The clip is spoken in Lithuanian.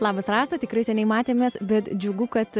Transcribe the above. labas rasa tikrai seniai matėmės bet džiugu kad